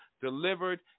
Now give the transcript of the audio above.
delivered